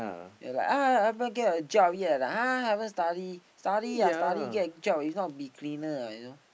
!huh! haven't get a job yet ah !huh! haven't study ah study ah study get job it's not be a cleaner ah you know